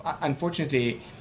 unfortunately